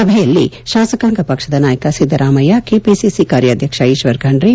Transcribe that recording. ಸಭೆಯಲ್ಲಿ ಶಾಸಕಾಂಗ ಪಕ್ಷದ ನಾಯಕ ಸಿದ್ದರಾಮಯ್ಯ ಕೆಪಿಸಿಸಿ ಕಾರ್ಯಾಧ್ಯಕ್ಷ ಈಶ್ವರ್ ಖಂಡ್ರೆ